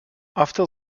after